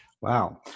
Wow